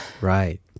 Right